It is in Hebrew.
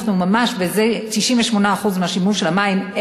וזה 68% מהשימוש של המים,